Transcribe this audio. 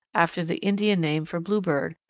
after the indian name for bluebird,